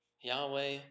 Yahweh